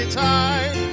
tied